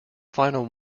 final